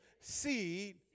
seed